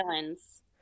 villains